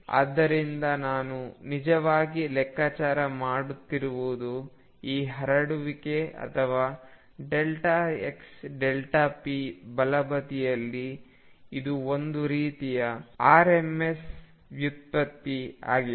ಆದ್ದರಿಂದ ನಾನು ನಿಜವಾಗಿ ಲೆಕ್ಕಾಚಾರ ಮಾಡುತ್ತಿರುವುದು ಈ ಹರಡುವಿಕೆ ಅಥವಾ x p ಬಲಬದಿಯಲ್ಲಿ ಇದು ಒಂದು ರೀತಿಯ ಆರ್ಎಂಎಸ್ ವ್ಯುತ್ಪತ್ತಿ ಆಗಿದೆ